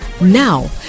Now